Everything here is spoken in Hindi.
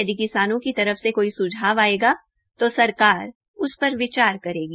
यदि किसानों की तरफ से कोई स्झाव आयेगा तो सरकार उस पर विचार करेगी